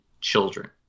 children